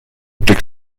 tych